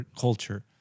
culture